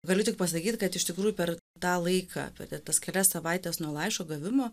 galiu tik pasakyt kad iš tikrųjų per tą laiką per tas kelias savaites nuo laiško gavimo